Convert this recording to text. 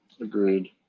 Agreed